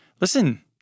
listen